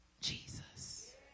Jesus